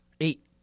Eight